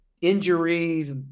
injuries